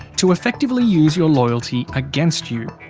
to effectively use your loyalty against you,